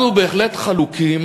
אנחנו בהחלט חלוקים